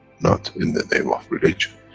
not in the name of religion,